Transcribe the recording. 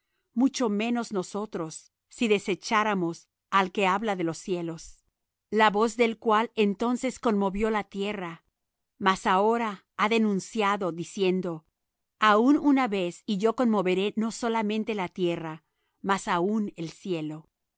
mucho menos nosotros si desecháramos al que habla de los cielos la voz del cual entonces conmovió la tierra mas ahora ha denunciado diciendo aun una vez y yo conmoveré no solamente la tierra mas aun el cielo